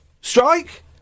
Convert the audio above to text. strike